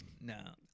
No